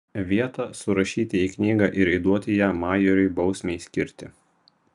vietą surašyti į knygą ir įduoti ją majeriui bausmei skirti